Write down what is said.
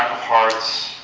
hearts,